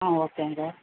ஆ ஓகேங்க